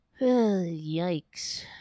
yikes